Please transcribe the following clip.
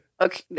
Okay